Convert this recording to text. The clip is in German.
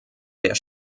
der